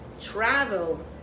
Travel